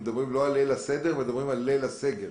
לא מדברות על ליל הסדר אלא על ליל הסגר.